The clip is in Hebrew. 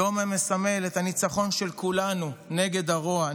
יום המסמל את הניצחון של כולנו נגד הרוע,